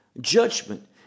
judgment